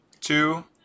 two